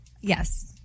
yes